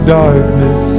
darkness